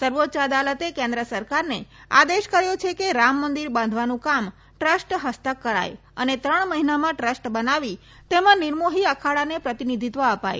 સર્વોચ્ય અદાલતે કેન્દ્ર સરકારને આદેશ કર્યો છે કે રામ મંદિર બાંધવાનું કામ ટ્રસ્ટ હસ્તક કરાય અને ત્રણ મહિનામાં ટ્રસ્ટ બનાવી તેમાં નિર્મોહી અખાડાને પ્રતિનિધિત્વ અપાય